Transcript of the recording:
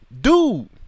Dude